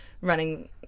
running